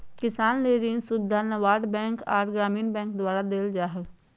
किसान ले ऋण सुविधा नाबार्ड बैंक आर ग्रामीण बैंक द्वारा देल जा हय